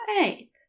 eight